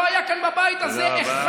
לא היה כאן בבית הזה, תודה רבה.